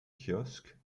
kiosque